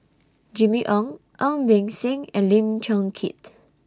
Jimmy Ong Ong Beng Seng and Lim Chong Keat